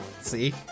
See